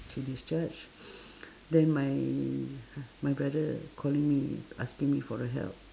she discharged then my h~ my brother calling me asking me for a help